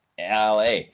LA